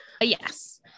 yes